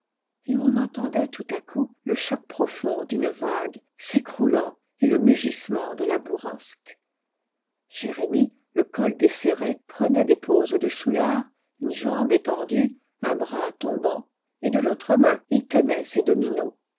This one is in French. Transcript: et on entendait tout à coup le choc profond d'une vague s'écroulant et le mugissement de la bourrasque jérémie le col desserré prenait des poses de soûlard une jambe étendue un bras tombant et de l'autre main il tenait ses dominos